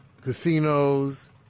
casinos